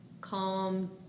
calm